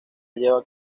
llevan